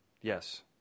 Yes